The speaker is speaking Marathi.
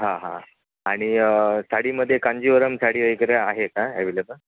हां हां आणि साडीमध्ये कांजीवरम साडी वगैरे आहे का ॲवेलेबल